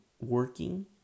working